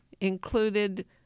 included